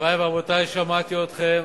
מורי ורבותי, שמעתי אתכם.